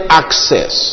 access